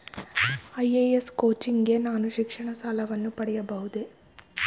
IAS coaching ಗೆ ನಾನು ಶಿಕ್ಷಣ ಸಾಲವನ್ನು ಪಡೆಯಬಹುದೇ?